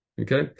Okay